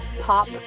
pop